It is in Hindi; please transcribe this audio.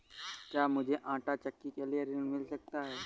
क्या मूझे आंटा चक्की के लिए ऋण मिल सकता है?